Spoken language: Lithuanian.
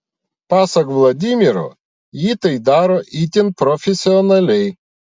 pasak vladimiro ji tai daro itin profesionaliai